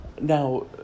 Now